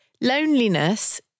loneliness